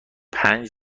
پنج